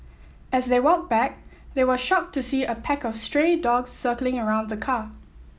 as they walked back they were shocked to see a pack of stray dogs circling around the car